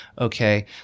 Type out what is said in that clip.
okay